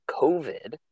COVID